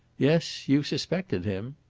yes, you suspected him.